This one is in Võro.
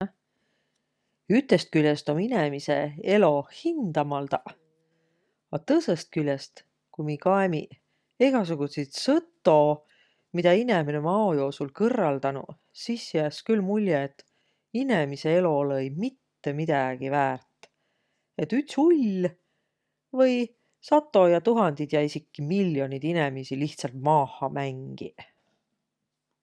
Ütest külest om inemise elo hindamaldaq, a tõõsõst külest, ku mi kaemiq egäsugutsit sõto, midä inemine om ao joosul kõrraldanuq, sis jääs külh mulje, et inemise elo olõ-õi mitte midägi väärt. Et üts ull või sato ja tuhandit ja esiki mill'oniid inemiisi lihtsält maaha mängiq.